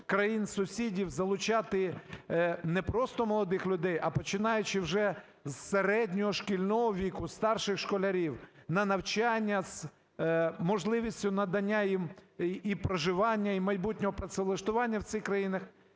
країн-сусідів залучати не просто молодих людей, а, починаючи вже з середнього шкільного віку, старших школярів на навчання з можливістю надання їм і проживання, і майбутнього працевлаштування в цих країнах,